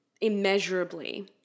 immeasurably